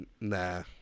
Nah